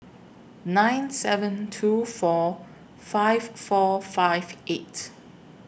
nine seven two four five four five eight